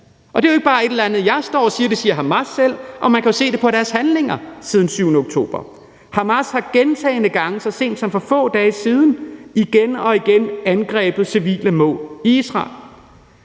Det er jo ikke bare et eller andet, jeg står og siger. Det siger Hamas selv, og man kan se det på deres handlinger siden den 7. oktober. Hamas har gentagne gange – og så sent som for få dage siden – igen og igen angrebet civile mål i Israel.